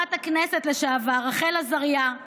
לחברת הכנסת לשעבר רחל עזריה,